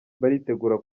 baritegura